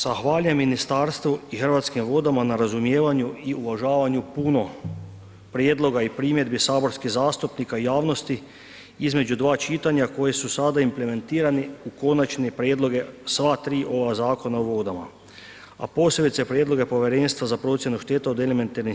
Zahvaljujem ministarstvu i Hrvatskim vodama na razumijevanju i uvažavanju puno prijedloga i primjedbi saborskih zastupnika javnosti između dva čitanja koje su sada implementirani u konačne prijedloge sva tri ova zakona o vodama a posebice prijedloge Povjerenstva za procjenu šteta od elementarnih